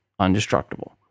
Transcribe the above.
undestructible